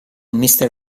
mister